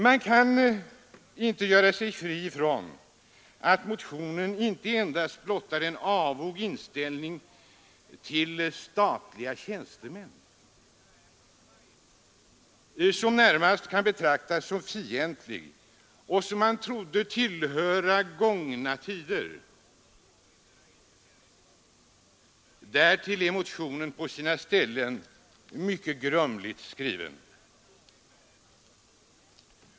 Man kan inte göra sig fri från intrycket att motionen blottar en inställning till statliga tjänstemän som inte endast är avog utan närmast kan betraktas som fientlig och som man trodde tillhöra gångna tider. Därtill är motionen på sina ställen mycket grumligt skriven.